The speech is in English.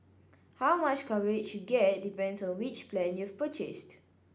how much coverage you get depends on which plan you've purchased